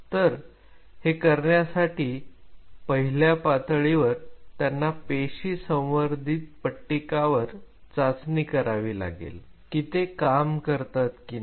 तरी हे करण्यासाठी पहिल्या पातळीवर त्यांना पेशी संवर्धित पट्टीकावर चाचणी करावी लागेल की ते काम करतात की नाही